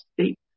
state